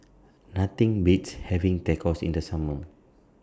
Nothing Beats having Tacos in The Summer